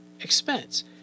expense